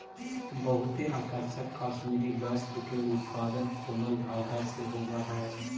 बहुते आकर्षक कश्मीरी वस्त्र के उत्पादन कोमल धागा से होवऽ हइ